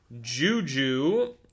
Juju